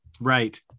right